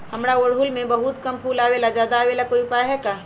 हमारा ओरहुल में बहुत कम फूल आवेला ज्यादा वाले के कोइ उपाय हैं?